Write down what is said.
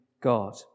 God